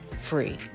free